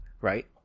right